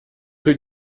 rue